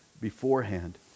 beforehand